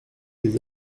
des